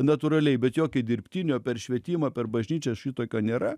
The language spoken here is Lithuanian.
natūraliai bet jokio dirbtinio per švietimą per bažnyčią šitokio nėra